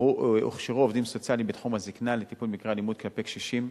הוכשרו עובדים סוציאליים בתחום הזיקנה לטיפול במקרי אלימות כלפי קשישים.